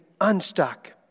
unstuck